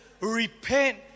repent